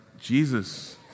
Jesus